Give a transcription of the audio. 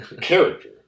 character